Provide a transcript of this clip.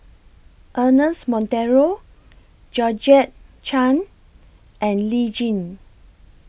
Ernest Monteiro Georgette Chen and Lee Tjin